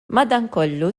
madankollu